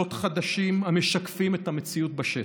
בגבולות חדשים המשקפים את המציאות בשטח.